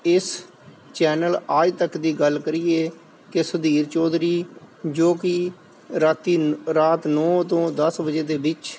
ਇਸ ਚੈਨਲ ਆਜ ਤੱਕ ਦੀ ਗੱਲ ਕਰੀਏ ਕਿ ਸੁਧੀਰ ਚੌਧਰੀ ਜੋ ਕਿ ਰਾਤੀ ਰਾਤ ਨੌ ਤੋਂ ਦਸ ਵਜੇ ਦੇ ਵਿੱਚ